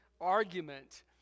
argument